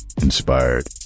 inspired